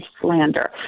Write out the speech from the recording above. slander